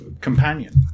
companion